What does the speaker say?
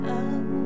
up